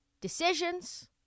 decisions